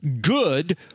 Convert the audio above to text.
good